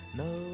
no